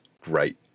Great